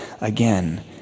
again